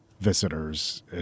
visitors